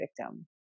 victim